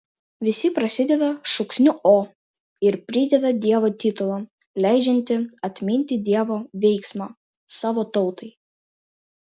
visi prasideda šūksniu o ir prideda dievo titulą leidžiantį atminti dievo veiksmą savo tautai